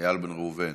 איל בן ראובן,